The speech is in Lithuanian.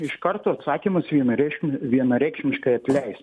iš karto atsakymas vienareikšm vienareikšmiškai atleist